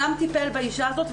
גם טיפל באשה הזאת,